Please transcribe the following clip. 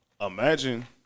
Imagine –